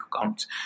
accounts